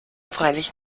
freilich